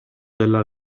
della